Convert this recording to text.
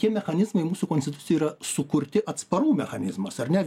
tie mechanizmai mūsų konstitucijoj yra sukurti atsparumo mechanizmas ar ne